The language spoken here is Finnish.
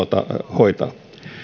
hoitaa